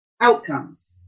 outcomes